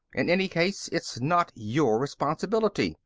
in any case, it's not your responsibility.